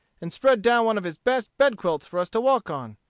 and spread down one of his best bed-quilts for us to walk on.